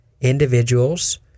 individuals